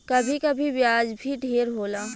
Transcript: कभी कभी ब्याज भी ढेर होला